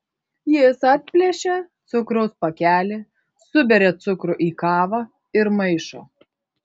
jis atplėšia cukraus pakelį suberia cukrų į kavą ir maišo